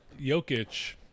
Jokic